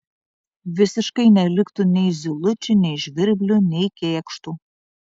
visiškai neliktų nei zylučių nei žvirblių nei kėkštų